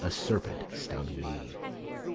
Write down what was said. a serpent stung me